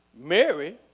Mary